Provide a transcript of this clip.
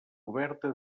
oberta